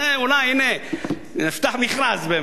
אולי באמת נפתח מכרז.